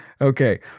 Okay